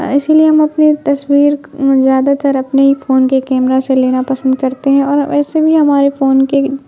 اسی لیے ہم اپنی تصویر زیادہ تر اپنے ہی فون کے کیمرہ سے لینا پسند کرتے ہیں اور ویسے بھی ہمارے فون کے